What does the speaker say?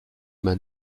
man